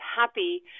happy